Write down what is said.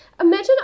imagine